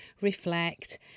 reflect